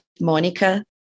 Monica